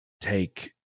take